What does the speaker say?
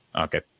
Okay